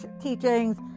teachings